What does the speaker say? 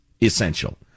essential